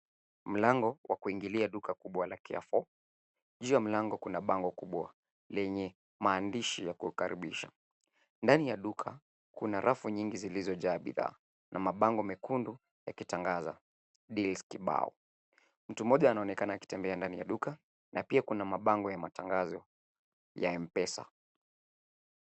Mlango wa kuingilia duka kubwa la Carrefour. Juu ya mlango kuna bango kubwa lenye maandishi ya kukaribisha. Ndani ya duka, kuna rafu nyingi zilizojaa bidhaa na mabango mekundu yakitangaza deals kibao . Mtu mmoja anaonekana akitembea ndani ya duka na pia kuna mabango ya matangazo ya M-Pesa.